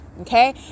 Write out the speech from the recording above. Okay